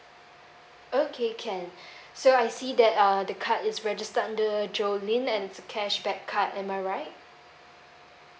okay can so I see that uh the card is registered under jolin and it's a cashback card am I right